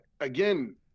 again